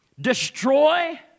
destroy